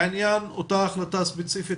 לעניין אותה החלטה ספציפית,